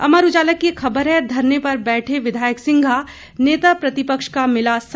अमर उजाला की एक खबर है धरने पर बैठे विधायक सिंघा नेता प्रतिपक्ष का मिला साथ